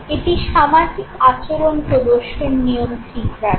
এটি সামাজিক আচরণ প্রদর্শন নিয়ম ঠিক রাখে